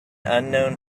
unknown